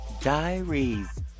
diaries